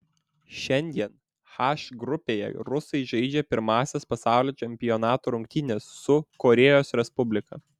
šiandien h grupėje rusai žaidžia pirmąsias pasaulio čempionato rungtynes su korėjos respublika